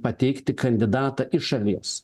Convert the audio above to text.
pateikti kandidatą iš šalies